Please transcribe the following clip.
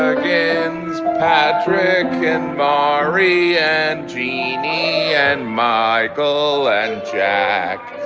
gaffigans patrick and marre, and jeannie, and michael and jack